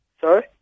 Sorry